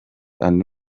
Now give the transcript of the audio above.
andi